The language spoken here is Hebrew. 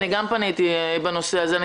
אני גם פניתי בנושא הזה.